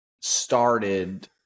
started